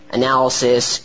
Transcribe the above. analysis